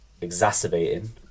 exacerbating